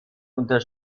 unter